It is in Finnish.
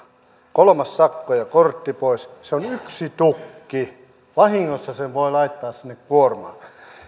kolmas sakko ja kortti pois se on yksi tukki vahingossa sen voi laittaa sinne kuormaan oli